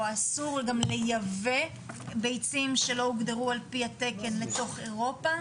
או אסור גם לייבא ביצים שלא הוגדרו על-פי התקן לתוך אירופה.